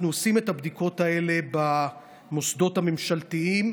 אנחנו עושים את הבדיקות האלה במוסדות הממשלתיים.